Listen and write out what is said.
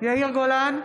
יאיר גולן,